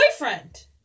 boyfriend